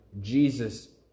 Jesus